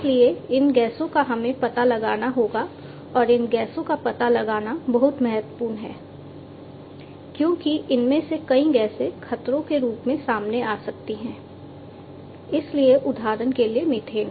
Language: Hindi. इसलिए इन गैसों का हमें पता लगाना होगा और इन गैसों का पता लगाना बहुत महत्वपूर्ण है क्योंकि इनमें से कई गैसें खतरों के रूप में सामने आ सकती हैं क्योंकि उदाहरण के लिए मीथेन